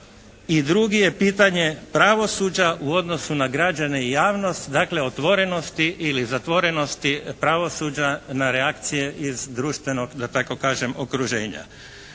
I drugi je pitanje pravosuđa u odnosu na građane i javnost. Dakle, otvorenosti ili zatvorenosti pravosuđa na reakcije iz društvenog da tako kažem okruženja.